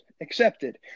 accepted